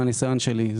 מהניסיון שלי.